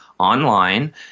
online